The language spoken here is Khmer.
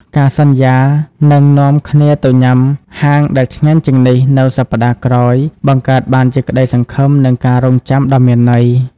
ការសន្យាថានឹងនាំគ្នាទៅញ៉ាំហាងដែលឆ្ងាញ់ជាងនេះនៅសប្ដាហ៍ក្រោយ បង្កើតបានជាក្តីសង្ឃឹម និងការរង់ចាំដ៏មានន័យ។